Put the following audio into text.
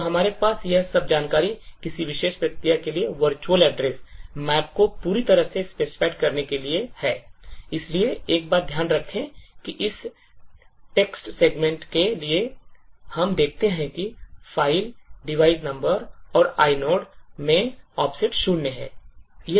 तो हमारे पास यह सब जानकारी किसी विशेष प्रक्रिया के लिए virtual address मैप को पूरी तरह से specified करने के लिए है इसलिए एक बात ध्यान रखें कि इस टेक्स्ट सेगमेंट के लिए हम देखते हैं कि फ़ाइल डिवाइस नंबर और inode में ऑफसेट शून्य है